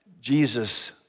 Jesus